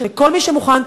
מכל מי שמוכן,